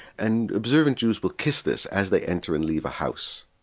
and observant jews will kiss this as they enter and leave a house,